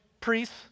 priests